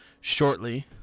shortly